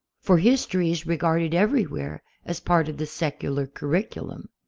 for history is regarded everywhere as part of the secular curriculum.